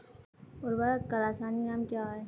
उर्वरक का रासायनिक नाम क्या है?